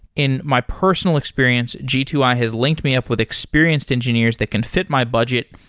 in my personal experience, g two i has linked me up with experienced engineers that can fit my budget,